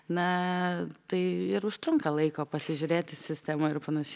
na tai ir užtrunka laiko pasižiūrėti į sistemą ir panašiai